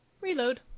reload